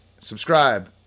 subscribe